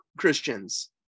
Christians